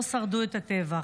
לא שרדו את הטבח.